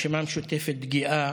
הרשימה המשותפת גאה